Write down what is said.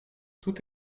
tout